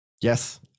Yes